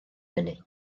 hynny